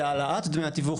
זה העלת דמי התיווך,